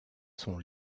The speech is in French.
sont